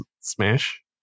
smash